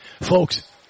Folks